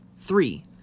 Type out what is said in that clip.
Three